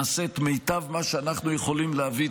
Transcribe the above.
נעשה את המיטב במה שאנחנו יכולים להביא,